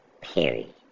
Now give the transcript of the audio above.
Period